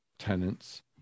tenants